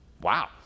Wow